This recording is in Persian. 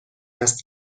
است